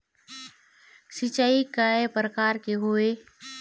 सिचाई कय प्रकार के होये?